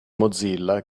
mozilla